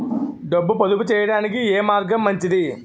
డబ్బు పొదుపు చేయటానికి ఏ మార్గం మంచిది?